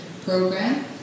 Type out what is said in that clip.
program